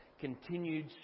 continued